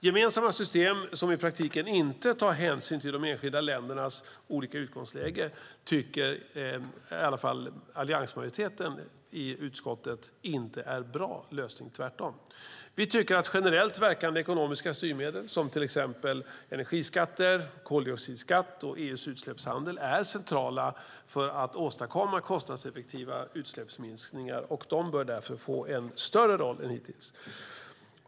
Gemensamma system som i praktiken inte tar hänsyn till de enskilda ländernas olika utgångsläge tycker i alla fall inte alliansmajoriteten i utskottet är en bra lösning, tvärtom. Vi tycker att generellt verkande ekonomiska styrmedel som till exempel energiskatter, koldioxidskatt och EU:s utsläppshandel är centrala för att åstadkomma kostnadseffektiva utsläppsminskningar, och de bör därför få en större roll än hittills.